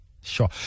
Sure